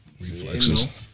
reflexes